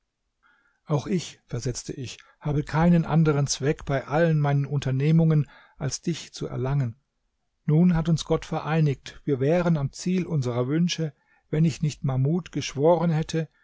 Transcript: auch ich versetzte ich habe keinen anderen zweck bei allen meinen unternehmungen als dich zu erlangen nun hat uns gott vereinigt wir wären am ziel unserer wünsche wenn ich nicht mahmud geschworen hätte